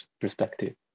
perspective